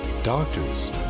Doctors